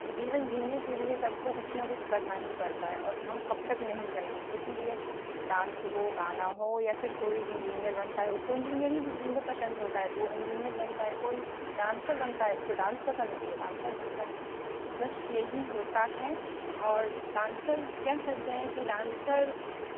जीवन जीने के लिए सबको कुछ ना कुछ करना ही पड़ता है और हम कब तक नहीं करेंगे इसीलिए डांस हो गाना हो या फिर कोई इंजीनियर बनता है उसको इंजीनियरिंग पसंद होता है तो इंजीनियर बनता है कोई डांसर बनता है उसको डांस पसंद है तो वो डांसर बनता है बस यही होता है और डांसर कह सकते हैं कि डांसर